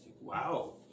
wow